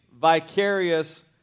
vicarious